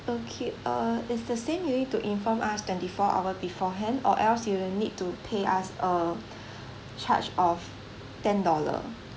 okay uh is the same you need to inform us twenty four hour beforehand or else you will need to pay us uh charge of ten dollar